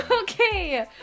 Okay